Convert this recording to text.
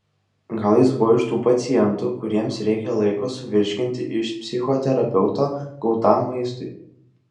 gal jis buvo iš tų pacientų kuriems reikia laiko suvirškinti iš psichoterapeuto gautam maistui